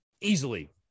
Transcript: easily